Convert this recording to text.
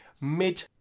mid